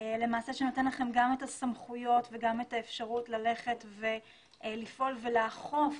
שנותן לכם גם את הסמכויות וגם את האפשרות ללכת ולפעול ולאכוף